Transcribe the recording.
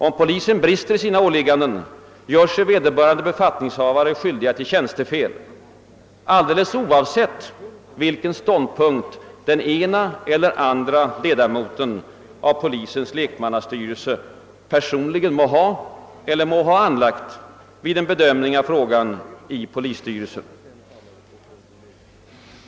Om polisen brister i sina åligganden, gör sig vederbörande <befattningshavare skyldig till tjänstefel — alldeles oavsett vilken ståndpunkt den ene eller andre lekmannarepresentanten i polisstyrelsen personligen må ha anlagt vid bedömningen av en fråga.